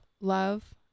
love